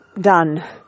done